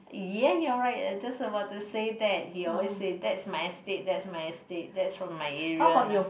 ya you're right just about to say that he always say that's my estate that's my estate that's from my area know